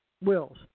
Wills